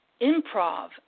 improv